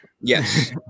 Yes